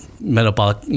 metabolic